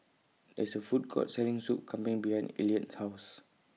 There IS A Food Court Selling Soup Kambing behind Elliott's House